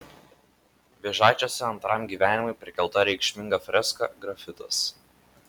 vėžaičiuose antram gyvenimui prikelta reikšminga freska grafitas